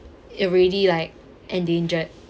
already like endangered